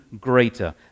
greater